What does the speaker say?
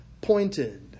pointed